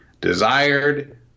desired